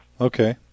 Okay